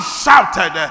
shouted